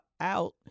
out